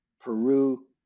Peru